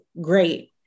great